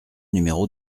numéro